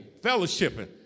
fellowshipping